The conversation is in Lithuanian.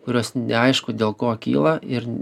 kurios neaišku dėl ko kyla ir